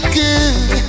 good